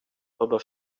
pobaw